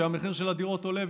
שהמחיר של הדירות עולה,